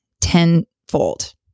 tenfold